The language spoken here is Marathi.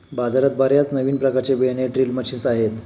बाजारात बर्याच नवीन प्रकारचे बियाणे ड्रिल मशीन्स आहेत